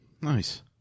nice